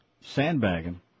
Sandbagging